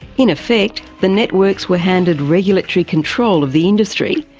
in effect the networks were handed regulatory control of the industry.